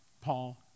Paul